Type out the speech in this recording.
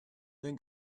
then